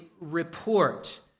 report